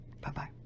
Bye-bye